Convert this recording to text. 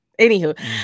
anywho